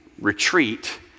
retreat